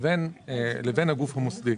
לבין הגוף המוסדי.